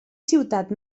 ciutat